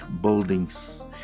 buildings